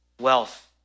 Wealth